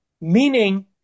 meaning